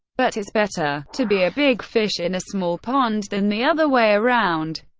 but it's better to be a big fish in a small pond than the other way around.